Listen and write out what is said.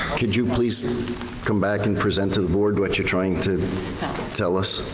could you please come back and present to the board what you're trying to tell us?